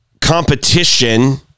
competition